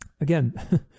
Again